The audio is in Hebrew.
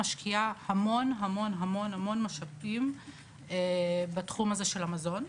משקיעה המון המון המון המון משאבים בתחום הזה של המזון.